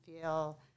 feel